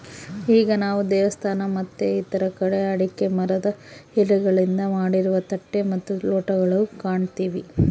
ಈಗ ನಾವು ದೇವಸ್ಥಾನ ಮತ್ತೆ ಇತರ ಕಡೆ ಅಡಿಕೆ ಮರದ ಎಲೆಗಳಿಂದ ಮಾಡಿರುವ ತಟ್ಟೆ ಮತ್ತು ಲೋಟಗಳು ಕಾಣ್ತಿವಿ